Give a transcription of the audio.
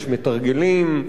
יש מתרגלים.